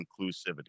inclusivity